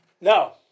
No